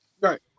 Right